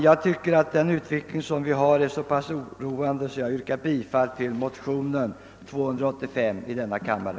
Jag tycker att utvecklingen är så oroande att jag vill yrka bifall till motion 285 i denna kammare.